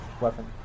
weapon